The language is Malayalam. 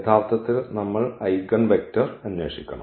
യഥാർത്ഥത്തിൽ നമ്മൾ ഐഗൻവെക്റ്റർ അന്വേഷിക്കണം